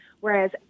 whereas